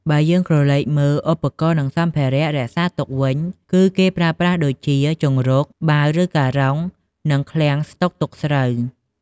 បើយើងក្រឡេកមើលឧបករណ៍និងសម្ភារៈរក្សាទុកវិញ គឺគេប្រើប្រាស់ដូចជា ជង្រុក បាវ ឬការុង និងឃ្លាំងស្តុកទុកស្រូវ ។